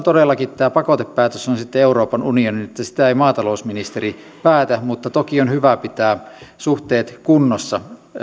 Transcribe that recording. todellakin tämä pakotepäätös on sitten euroopan unionin päätös sitä ei maatalousministeri päätä mutta toki on hyvä pitää suhteet kunnossa